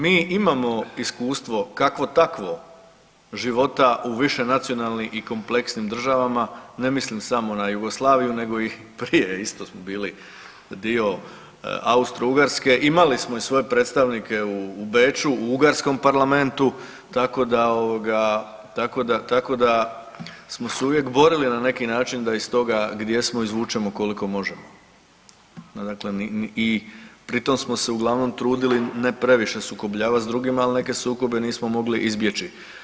Mi imamo iskustvo kakvo takvo života u višenacionalnim i kompleksnim državama, ne mislim samo na Jugoslaviju nego i prije isto smo bili dio Austro-Ugarske, imali smo i svoje predstavnike u Beču u Ugarskom parlamentu tako da smo se uvijek borili na neki način da iz toga gdje smo izvučemo koliko možemo i pri tom smo se uglavnom trudili ne previše sukobljavat s drugima, ali neke sukobe nismo mogli izbjeći.